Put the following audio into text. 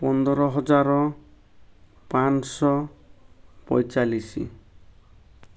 ପନ୍ଦର ହଜାର ପାଞ୍ଚଶହ ପଇଁଚାଳିଶି